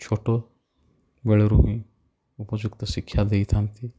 ଛୋଟବେଳରୁ ହିଁ ଉପଯୁକ୍ତ ଶିକ୍ଷା ଦେଇଥାନ୍ତି